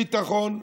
ביטחון,